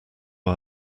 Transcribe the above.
our